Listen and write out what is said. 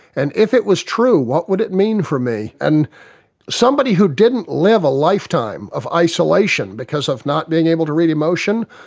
and if it was true, what would it mean for me? and somebody who didn't live a lifetime of isolation because of not being able to read emotions,